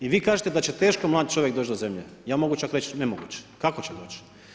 I vi kažete da će teško mladi čovjek doć do zemlje, ja mogu reći čak nemoguće, kako će doć.